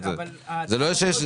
אין פה דד-ליין.